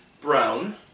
Brown